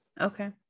Okay